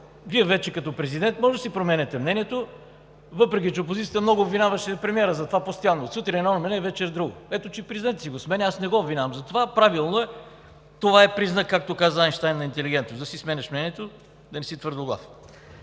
Вие, вече като президент, може да си променяте мнението, въпреки че опозицията постоянно и много обвиняваше премиера за това: сутрин едно мнение, вечер – друго. Ето че и президентът си го сменя. Аз не го обвинявам за това. Правилно е. Това е признак, както казва Айнщайн, на интелигентност – да си сменяш мнението, да не си твърдоглав.